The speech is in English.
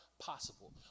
possible